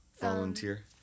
volunteer